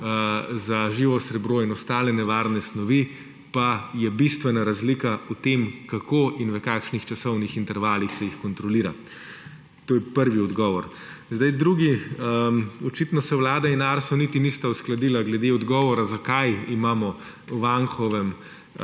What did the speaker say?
za živo srebro in ostale nevarne snovi pa je bistvena razlika v tem, kako in v kakšnih časovnih intervalih se jih kontrolira. To je prvi odgovor. Drugi, očitno se Vlada in Arso niti nista uskladila glede odgovora, zakaj imamo v Anhovem